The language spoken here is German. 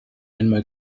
einmal